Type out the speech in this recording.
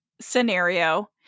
scenario